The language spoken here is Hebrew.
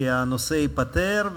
כי הנושא ייפתר.